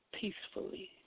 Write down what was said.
peacefully